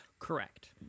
Correct